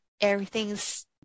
Everything's